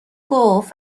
گفت